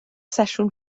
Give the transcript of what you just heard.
sesiwn